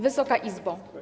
Wysoka Izbo!